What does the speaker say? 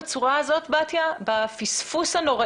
מישהו הציף את הפספוס הנוראי?